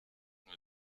mir